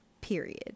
period